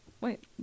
Wait